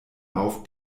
auf